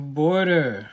border